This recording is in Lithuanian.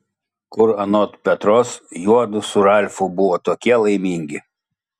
kur anot petros juodu su ralfu buvo tokie laimingi